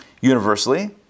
universally